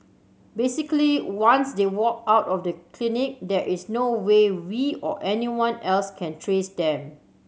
basically once they walk out of the clinic there is no way we or anyone else can trace them